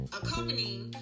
accompanying